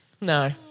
No